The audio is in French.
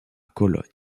cologne